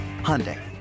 Hyundai